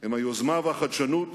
הם היוזמה והחדשנות